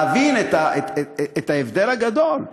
להבין את ההבדל הגדול.